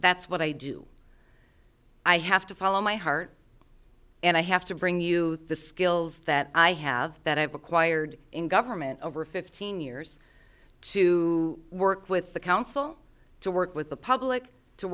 that's what i do i have to follow my heart and i have to bring you the skills that i have that i've acquired in government over fifteen years to work with the council to work with the public to